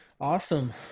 awesome